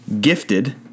Gifted